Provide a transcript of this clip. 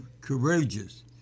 courageous